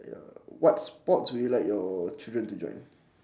ya what sports would you like your children to join